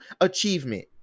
achievement